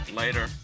later